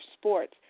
sports